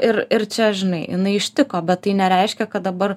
ir ir čia žinai jinai ištiko bet tai nereiškia kad dabar